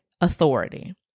authority